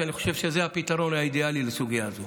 אני חושב שזה הפתרון האידיאלי לסוגיה זו.